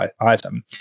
item